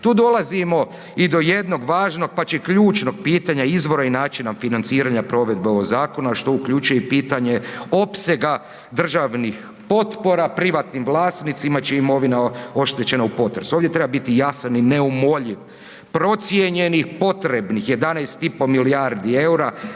Tu dolazimo i do jednog važnog, pa čak i ključnog pitanja izvora i načina financiranja provedbe ovog zakona, što uključuje i pitanje opsega državnih potpora privatnim vlasnicima čija je imovina oštećena u potresu. Ovdje mora biti jasan i neumoljiv procijenjenih potrebnih 11,5 milijardi EUR-a